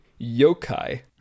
yokai